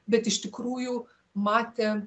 bet iš tikrųjų matė